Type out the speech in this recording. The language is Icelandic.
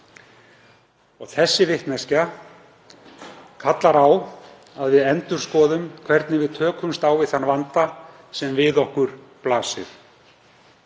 Þessi vitneskja kallar á að við endurskoðum hvernig við tökumst á við þann vanda sem við okkur blasir.